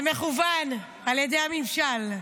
זה מכוון על ידי הממשל.